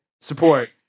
support